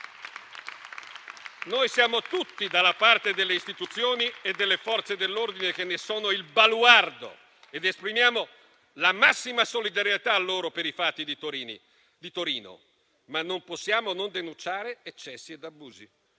Noi siamo tutti dalla parte delle istituzioni e delle Forze dell'ordine che ne sono il baluardo ed esprimiamo la massima solidarietà a loro per i fatti di Torino, ma non possiamo non denunciare eccessi e abusi.